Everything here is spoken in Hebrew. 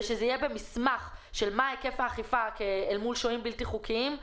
שזה יהיה במסמך של מה היקף האכיפה אל מול שוהים בלתי חוקיים.